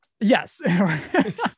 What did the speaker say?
Yes